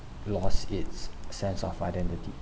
lost its sense of identity